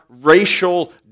racial